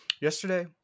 Yesterday